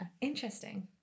Interesting